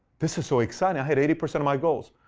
this is so exciting. i hit eighty percent of my goals.